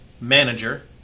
manager